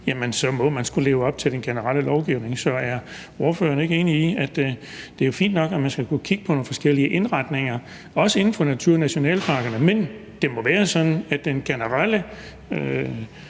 så må man skulle leve op til den generelle lovgivning. Så er ordføreren ikke enig i, at det er fint nok, at man skal kunne kigge på nogle forskellige indretninger, også inden for naturnationalparkerne, men at det må være sådan, at den generelle